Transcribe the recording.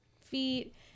feet